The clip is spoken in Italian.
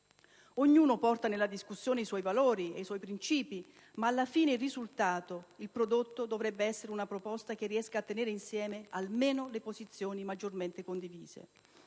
Ognuno porta nella discussione i suoi valori e i suoi princìpi, ma alla fine il risultato, il prodotto, dovrebbe essere una proposta che riesca a tenere insieme almeno le posizioni maggiormente condivise.